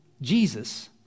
Jesus